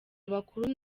abakuru